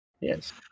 Yes